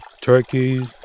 turkeys